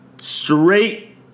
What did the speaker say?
straight